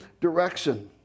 direction